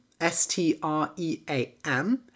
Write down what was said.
S-T-R-E-A-M